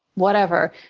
whatever.